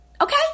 Okay